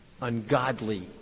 ungodly